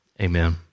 Amen